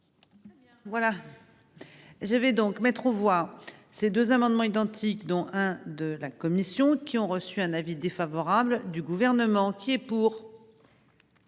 Voilà. Je vais donc mettre aux voix, ces deux amendements identiques, dont un de la commission qui ont reçu un avis défavorable du gouvernement qui est pour.